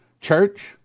Church